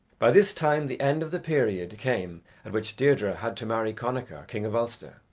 by this time the end of the period came at which deirdre had to marry connachar, king of ulster.